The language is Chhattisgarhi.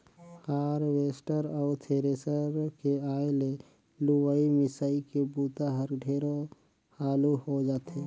हारवेस्टर अउ थेरेसर के आए ले लुवई, मिंसई के बूता हर ढेरे हालू हो जाथे